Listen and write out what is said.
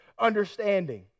understanding